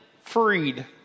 freed